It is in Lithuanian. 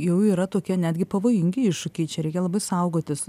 jau yra tokia netgi pavojingi iššūkiai čia reikia labai saugotis